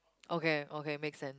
okay okay makes sense